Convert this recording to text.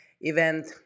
event